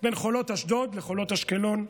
בין חולות אשדוד לחולות אשקלון.